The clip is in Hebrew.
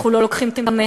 אנחנו לא לוקחים את המסר,